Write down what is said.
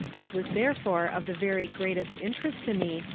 it was therefore of the very greatest interest to me,